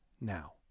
now